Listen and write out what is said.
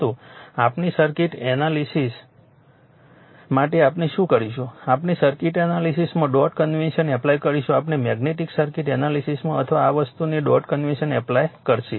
પરંતુ આપણી circuit analysis માટે આપણે શું કરીશું આપણે સર્કિટ એનાલિસીસમાં ડોટ કન્વેન્શન એપ્લાય કરીશું આપણા મેગ્નેટીક સર્કિટ એનાલિસીસમાં અથવા આ વસ્તુ તે ડોટ કન્વેન્શન એપ્લાય થશે